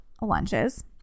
lunches